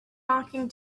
talking